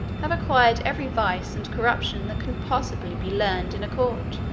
have acquired every vice and corruption that can possibly be learned in a court.